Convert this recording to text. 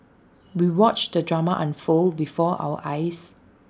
we watched the drama unfold before our eyes